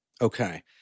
Okay